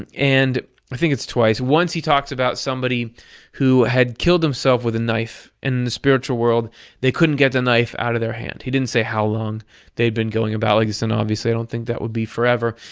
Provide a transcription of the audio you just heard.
and and, i think it's twice. once he talks about somebody who had killed himself with a knife and in the spiritual world they couldn't get the knife out of their hand. he didn't say how long they'd been going about like this, and obviously i don't think that would be forever.